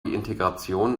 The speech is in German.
integration